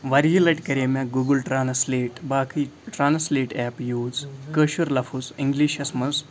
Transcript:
وارِہے لَٹہِ کَرے مےٚ گوٗگٕل ٹرانسلیٹ باقٕے ٹرانسلیٹ ایپ یوٗز کٲشُر لفظ اِنٛگلِشَس منٛز